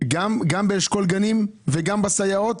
גם באשכול גנים וגם בסייעות?